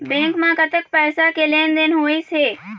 Bank म कतक पैसा के लेन देन होइस हे?